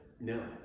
No